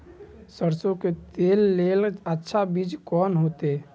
सरसों के लेल अच्छा बीज कोन होते?